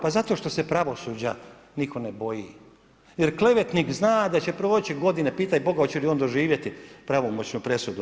Pa zato što se pravosuđa nitko ne boji jer klevetnik zna da će proći godine, pitaj Boga hoće li on doživjeti pravomoćnu presudu.